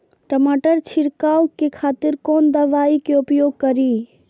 टमाटर छीरकाउ के खातिर कोन दवाई के उपयोग करी?